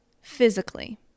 physically